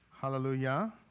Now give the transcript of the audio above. Hallelujah